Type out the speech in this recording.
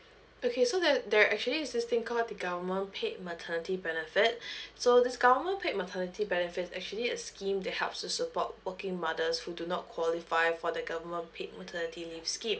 okay so that there actually is this thing called the government paid maternity benefit so this government paid maternity benefits is actually a scheme that helps to support working mothers who do not qualify for the government paid maternity leave scheme